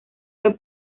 fue